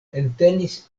entenis